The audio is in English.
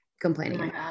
complaining